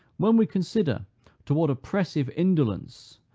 when we consider to what oppressive indolence,